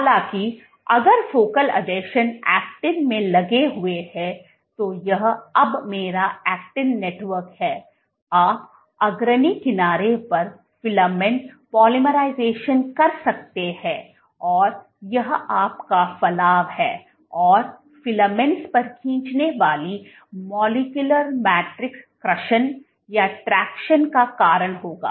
हालांकि अगर फोकल आसंजन एक्टिन में लगे हुए हैं तो यह अब मेरा एक्टिन नेटवर्क है आप अग्रणी किनारे पर फिलामेंट पोलीमराइजेशन कर सकते हैं और यह आपका फलाव है और फिलामेंट्स पर खींचने वाले मायोसिन मोटर्स कर्षण का कारण होगा